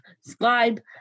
subscribe